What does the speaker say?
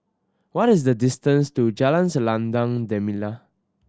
what is the distance to Jalan Selendang Delima